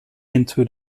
into